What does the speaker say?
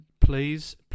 Please